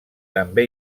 també